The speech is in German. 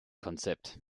konzept